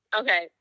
okay